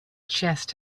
chest